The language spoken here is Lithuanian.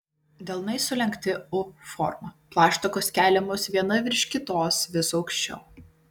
delnai sulenkti u forma plaštakos keliamos viena virš kitos vis aukščiau